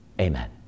Amen